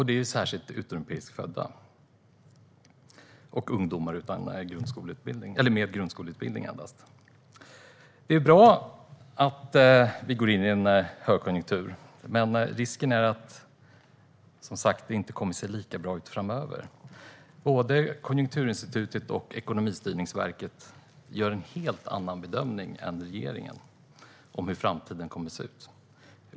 Det är särskilt utomeuropeiskt födda och ungdomar med endast grundskoleutbildning. Det är bra att vi går in i en högkonjunktur, men risken är som sagt att det inte kommer att se lika bra ut framöver. Både Konjunkturinstitutet och Ekonomistyrningsverket gör en helt annan bedömning än regeringen av hur framtiden kommer att se ut.